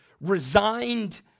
resigned